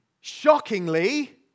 Shockingly